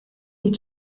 die